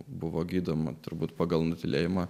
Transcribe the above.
buvo gydoma turbūt pagal nutylėjimą